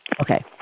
Okay